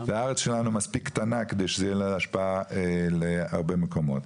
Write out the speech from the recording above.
והארץ שלנו מספיק קטנה כדי שתהיה השפעה להרבה מקומות.